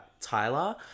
Tyler